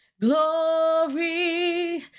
glory